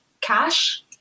cash